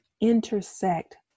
intersect